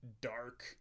dark